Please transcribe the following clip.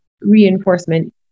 reinforcement